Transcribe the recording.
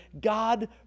God